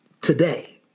today